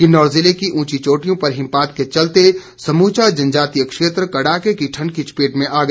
किन्नौर जिले की ऊंची चोटियों पर हिमपात के चलते समूचा जनजातीय क्षेत्र कड़ाके की ठण्ड की चपेट में आ गया